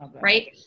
Right